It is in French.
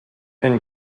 une